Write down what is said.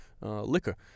liquor